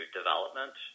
development